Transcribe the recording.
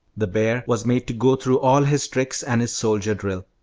the bear was made to go through all his tricks and his soldier drill.